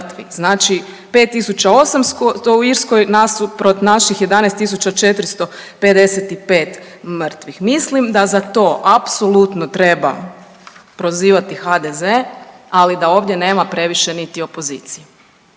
Znači 5.800 u Irskoj nasuprot naših 11.445 mrtvih. Mislim da za to apsolutno treba prozivati HDZ ali da ovdje nema previše niti opozicije.